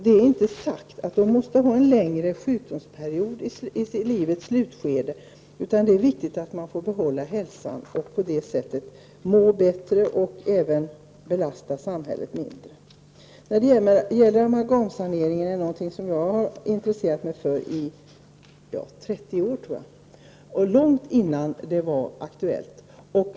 Det är viktigt att människorna får behålla hälsan även i livets slutskede, må bättre och därmed belasta samhället mindre. Amalgamsanering är en sak som jag har intresserat mig för i åtminstone trettio år. Det började jag alltså göra långt innan frågan blev aktuell i den allmänna debatten.